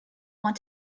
want